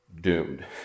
doomed